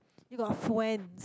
you got a friends